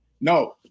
No